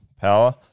power